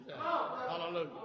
Hallelujah